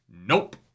nope